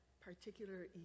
particular